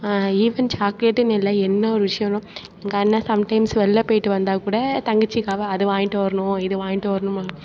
even சாக்லேட்டுனு இல்லை என்ன ஒரு விஷயொனா எங்கள் அண்ணன் சம்டைம்ஸ் வெளில போயிட்டு வந்தால் கூட தங்கச்சிக்காக அது வாங்கிட்டு வரணும் இது வாங்கிட்டு வரணும்